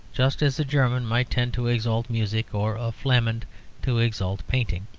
just as a german might tend to exalt music, or a flamand to exalt painting,